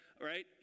right